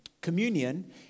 Communion